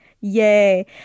yay